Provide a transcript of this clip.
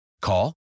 Call